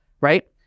right